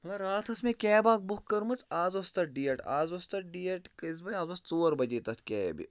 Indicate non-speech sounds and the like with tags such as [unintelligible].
[unintelligible] راتھ ٲس مےٚ کیب اَکھ بُک کٔرمٕژ آز اوس تَتھ ڈیٹ آز اوس تَتھ ڈیٹ کٔژِ بجہِ آز اوس ژور بَجے تَتھ کیبہِ